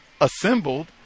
assembled